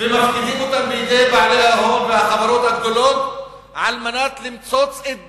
ומפקידים אותם בידי בעלי ההון והחברות הגדולות על מנת למצוץ את דמו,